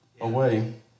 away